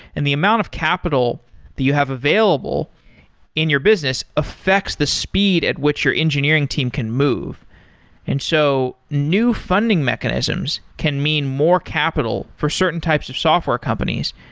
and the amount of capital that you have available in your business affects the speed at which your engineering team can move and so new funding mechanisms can mean more capital for certain types of software companies,